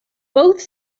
both